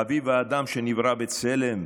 "חביב אדם שנברא בצלם"